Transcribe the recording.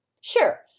Sure